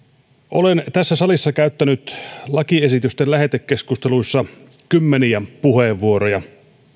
olen tässä salissa käyttänyt lakiesitysten lähetekeskusteluissa kymmeniä puheenvuoroja